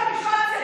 דיון פורה.